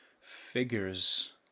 figures